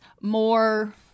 more